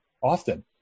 often